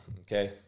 Okay